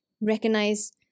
recognize